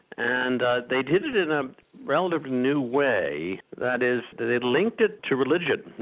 and they did it in a relatively new way, that is, they linked it to religion,